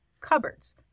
cupboards